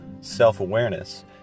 self-awareness